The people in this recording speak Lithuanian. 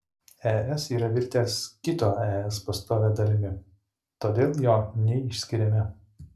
es yra virtęs kito es pastovia dalimi todėl jo neišskiriame